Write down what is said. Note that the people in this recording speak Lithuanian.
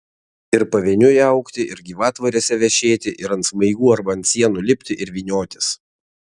ir pavieniui augti ir gyvatvorėse vešėti ir ant smaigų arba ant sienų lipti ir vyniotis